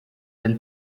del